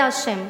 זה השם.